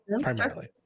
primarily